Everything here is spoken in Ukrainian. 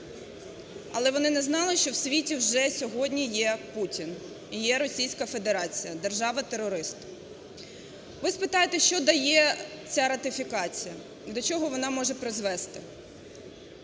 Але вони не знали, що в світі вже сьогодні є Путін і є Російська Федерація – держава-терорист. Ви спитаєте: що дає ця ратифікація, до чого вона може призвести?